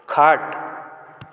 खाट